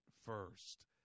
first